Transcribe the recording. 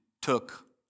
took